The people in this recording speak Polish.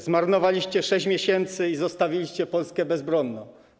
Zmarnowaliście 6 miesięcy i zostawiliście Polskę bezbronną.